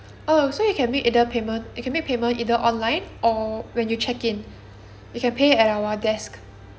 oh so you can make either payment you can make payment either online or when you check in you can pay it at our desk